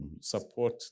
support